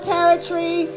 Territory